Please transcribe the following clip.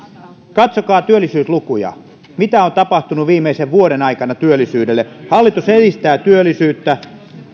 katsokaa työllisyyslukuja mitä on tapahtunut viimeisen vuoden aikana työllisyydelle hallitus edistää työllisyyttä